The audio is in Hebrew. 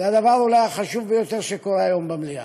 זה הדבר, אולי, החשוב ביותר שקורה היום במליאה.